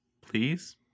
please